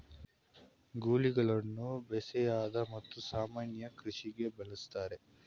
ಗೂಳಿಗಳನ್ನು ಬೇಸಾಯದ ಮತ್ತು ಸಾಮಾನ್ಯ ಕೃಷಿಗೆ ಬಳಸ್ತರೆ